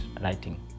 writing